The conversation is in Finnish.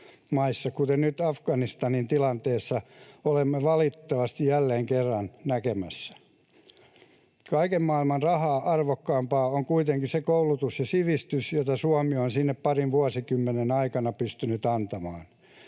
kuten nyt Afganistanin tilanteessa olemme valitettavasti jälleen kerran näkemässä. Kaiken maailman rahaa arvokkaampaa on kuitenkin se koulutus ja sivistys, jota Suomi on sinne parin vuosikymmenen aikana pystynyt antamaan.